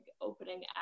opening